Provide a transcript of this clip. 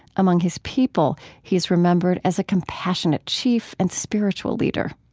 among his people, he is remembered as a compassionate chief and spiritual leader.